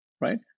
right